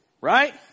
Right